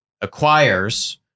acquires